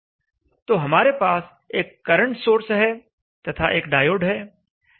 तो हमारे पास एक करंट सोर्स है तथा एक डायोड है